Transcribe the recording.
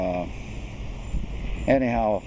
Anyhow